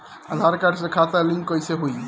आधार card से खाता link कईसे होई?